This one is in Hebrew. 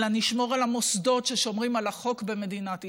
אלא נשמור על המוסדות ששומרים על החוק במדינת ישראל,